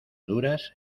duras